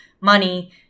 money